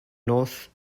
north